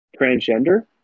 transgender